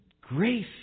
grace